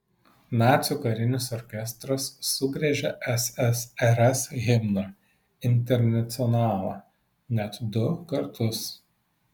nacių karinis orkestras sugriežė ssrs himną internacionalą net du kartus